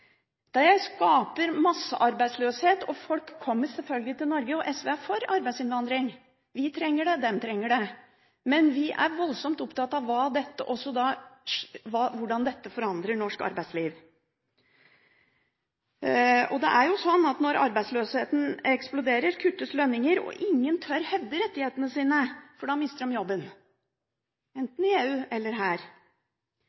Det skaper massearbeidsløshet, og folk kommer selvfølgelig til Norge. SV er for arbeidsinnvandring – vi trenger det, de trenger det – men vi er voldsomt opptatt av hvordan dette forandrer norsk arbeidsliv. Det er jo sånn at når arbeidsløsheten eksploderer, kuttes lønninger, og ingen tør hevde rettighetene sine, for da mister de jobben,